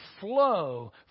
flow